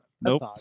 Nope